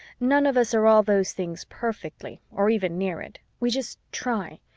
none of us are all those things perfectly or even near it. we just try.